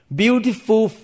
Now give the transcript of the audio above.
beautiful